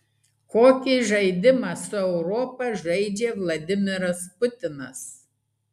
kokį žaidimą su europa žaidžia vladimiras putinas